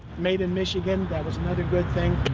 made in michigan, that was another good thing.